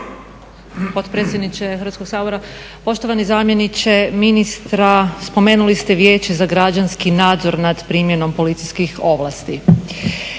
potpredsjedniče Hrvatskog sabora. Poštovani zamjeniče ministra, spomenuli ste vijeće za građanski nadzor nad primjenom policijskih ovlasti,